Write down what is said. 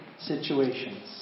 situations